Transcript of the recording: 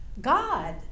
God